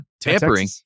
Tampering